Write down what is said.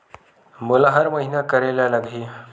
मोला हर महीना करे ल लगही?